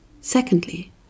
Secondly